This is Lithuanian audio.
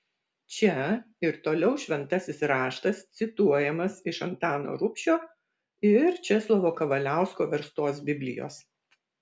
čia ir toliau šventasis raštas cituojamas iš antano rubšio ir česlovo kavaliausko verstos biblijos